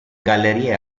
gallerie